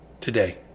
today